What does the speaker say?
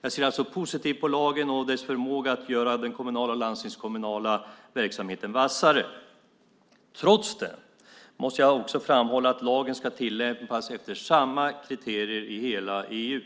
Jag ser alltså positivt på lagen och dess förmåga att göra den kommunala och landstingskommunala verksamheten vassare. Trots det måste jag också framhålla att lagen ska tillämpas efter samma kriterier i hela EU.